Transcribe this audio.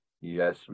Yes